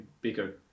bigger